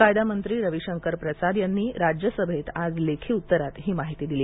कायदामंत्री रवी शंकर प्रसाद यांनी राज्यसभेत आज लेखी उत्तरात ही माहिती दिली